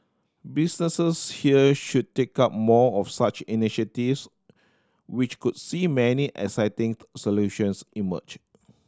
businesses here should take up more of such initiatives which could see many exciting solutions emerge